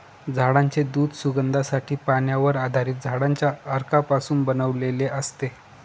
झाडांचे दूध सुगंधासाठी, पाण्यावर आधारित झाडांच्या अर्कापासून बनवलेले असते